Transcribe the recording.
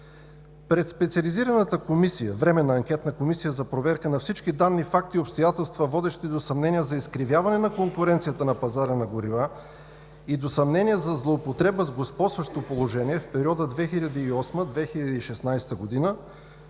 временна Анкетна комисия за проверка на всички данни, факти и обстоятелства, водещи до съмнения за изкривяване на конкуренцията на пазара на горива и до съмнения за злоупотреба с господстващо положение в периода 2008 – 2016 г.,